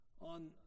on